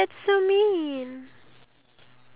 ya that's one of them